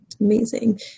Amazing